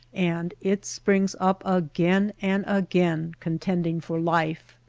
and it springs up again and again, con tending for life.